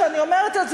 כשאני אומרת את זה,